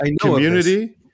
community